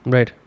Right